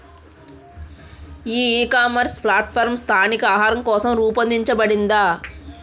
ఈ ecommerce platform స్థానిక ఆహారం కోసం రూపొందించబడిందా?